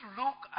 look